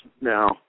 now